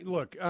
Look